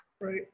Right